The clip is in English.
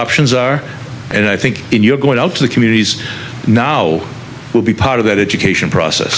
options are and i think you're going to the communities now will be part of that education process